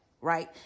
right